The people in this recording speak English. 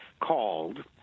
called